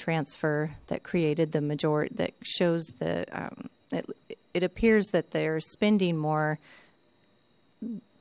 transfer that created the majority that shows that that it appears that they're spending more